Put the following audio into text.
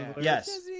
yes